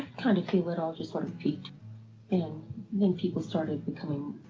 kind of feel it all just sort of peaked and then, people started becoming